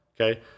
Okay